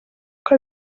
uko